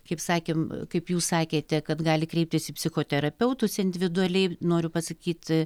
kaip sakėm kaip jūs sakėte kad gali kreiptis į psichoterapeutus individualiai noriu pasakyt